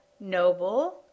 noble